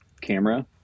camera